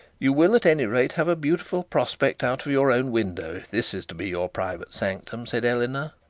you will, at any rate, have a beautiful prospect out of your own window, if this is to be your private sanctum said eleanor.